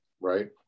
Right